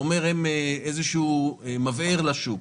אתה אומר שהם איזשהו מבער לשוק.